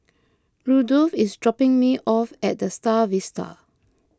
Rudolf is dropping me off at the Star Vista